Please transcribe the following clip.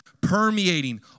permeating